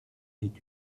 est